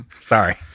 Sorry